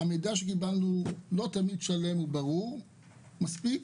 לא כל המידע שקיבלנו שלם וברור מספיק.